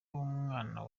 umwana